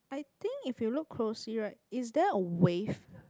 I think if you look closely right is there a wave